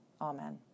Amen